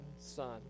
Son